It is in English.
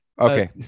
okay